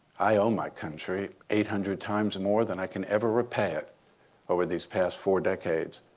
i owe my country eight hundred times and more than i can ever repay it over these past four decades.